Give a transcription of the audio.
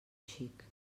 xic